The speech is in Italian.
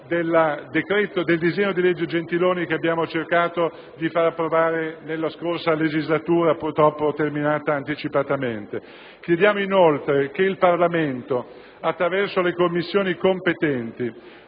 il senso del disegno di legge Gentiloni che abbiamo cercato di far approvare nella scorsa legislatura, purtroppo terminata anticipatamente. Chiediamo, inoltre, che il Parlamento, attraverso le Commissioni competenti,